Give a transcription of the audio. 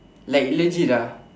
like legit ah